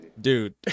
Dude